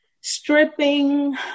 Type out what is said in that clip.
stripping